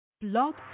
Blog